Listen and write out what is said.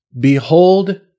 behold